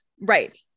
right